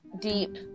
deep